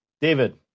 David